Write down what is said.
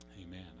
Amen